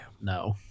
no